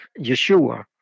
Yeshua